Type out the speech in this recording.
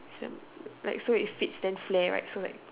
Sam like so it fits then flare right so like